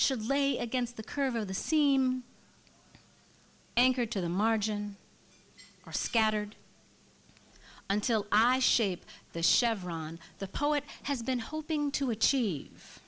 should lay against the curve of the seam anchored to the margin or scattered until i shape the chevron the poet has been hoping to achieve